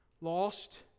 lost